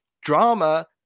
drama